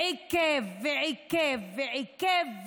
עיכב ועיכב ועיכב,